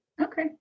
Okay